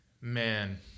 Man